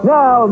Now